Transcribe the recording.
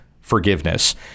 forgiveness